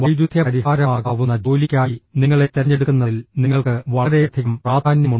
വൈരുദ്ധ്യ പരിഹാരമാകാവുന്ന ജോലിക്കായി നിങ്ങളെ തിരഞ്ഞെടുക്കുന്നതിൽ നിങ്ങൾക്ക് വളരെയധികം പ്രാധാന്യമുണ്ട്